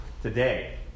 today